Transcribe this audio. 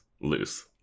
loose